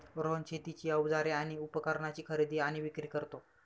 रोहन शेतीची अवजारे आणि उपकरणाची खरेदी आणि विक्री करतो